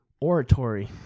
oratory